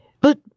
But